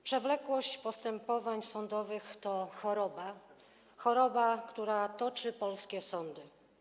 Przewlekłość postępowań sądowych to choroba, która toczy polskie sądy.